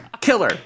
killer